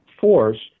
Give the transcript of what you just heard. force